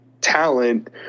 talent